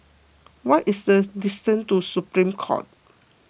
what is the distance to Supreme Court